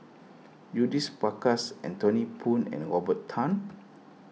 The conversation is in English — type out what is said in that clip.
Judith Prakash Anthony Poon and Robert Tan